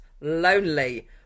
lonely